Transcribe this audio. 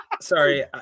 sorry